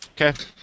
Okay